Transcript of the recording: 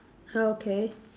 okay